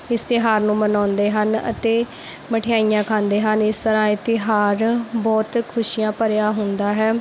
ਇਸ ਤਿਉਹਾਰ ਨੂੰ ਮਨਾਉਂਦੇ ਹਨ ਅਤੇ ਮਠਿਆਈਆਂ ਖਾਂਦੇ ਹਨ ਇਸ ਤਰ੍ਹਾਂ ਇਹ ਤਿਉਹਾਰ ਬਹੁਤ ਖੁਸ਼ੀਆਂ ਭਰਿਆ ਹੁੰਦਾ ਹੈ